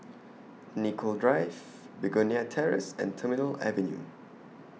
Nicoll Drive Begonia Terrace and Terminal Avenue